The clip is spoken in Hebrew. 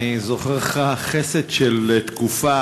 אני זוכר לך חסד של תקופה